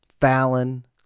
Fallon